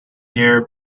year